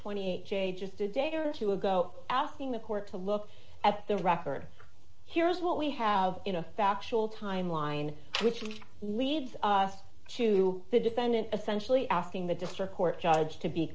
twenty eight j just a day or two ago asking the court to look at the record here's what we have in a factual timeline which leads us to the defendant essentially asking the district court judge to be